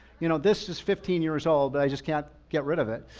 you know this is fifteen years old, but i just can't get rid of it.